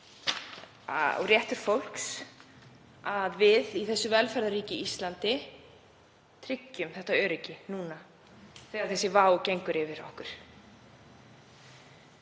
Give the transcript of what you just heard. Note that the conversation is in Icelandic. réttur fólks að við í þessu velferðarríki, Íslandi, tryggjum þetta öryggi núna þegar slík vá gengur yfir okkur.